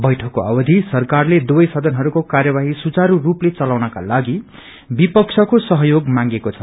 बैठकको अवधि सरकारले दुवै सदनहस्को कार्यवाही सुचारू रूपले चलाउनकालागि विपक्षको सहयोग मांगेको छ